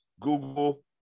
Google